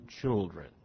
children